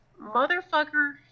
Motherfucker